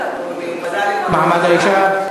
או לוועדה למעמד האישה.